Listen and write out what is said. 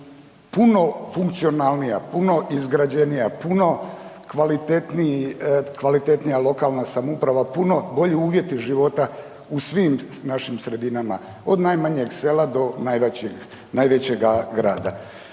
puno funkcionalnija, puno izgrađena, puno kvalitetnija lokalna samouprava, puno bolji uvjeti života u svim našim sredinama, od najmanjeg sela do najvećega grada.